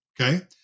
Okay